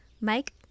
Mike